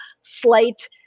slight